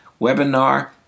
webinar